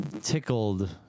tickled